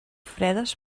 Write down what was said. fredes